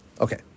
Okay